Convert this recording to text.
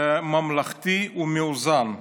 ממלכתי ומאוזן.